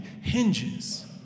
hinges